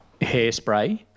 hairspray